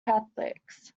catholics